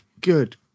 good